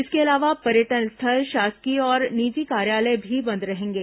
इसके अलावा पर्यटन स्थल शासकीय और निजी कार्यालय भी बंद रहेंगे